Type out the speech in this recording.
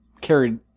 carried